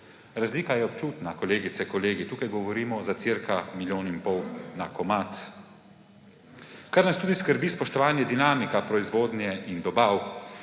Razlika je občutna, kolegice in kolegi. Tukaj govorimo za okoli milijon in pol na komad. Kar nas tudi skrbi, spoštovani, je dinamika proizvodnje in dobav.